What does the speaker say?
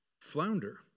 flounder